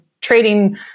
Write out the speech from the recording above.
trading